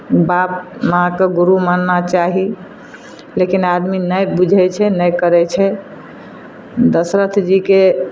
बाप माँके गुरु मानना चाही लेकिन आदमी नहि बुझैत छै नहि करैत छै दशरथजीकेँ